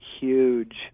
huge